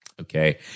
Okay